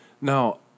Now